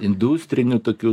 industrinių tokių